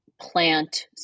plant